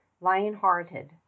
lion-hearted